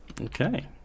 Okay